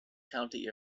county